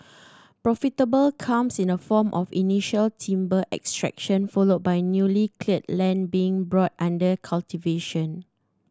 profitable comes in the form of initial timber extraction followed by newly cleared lands being brought under cultivation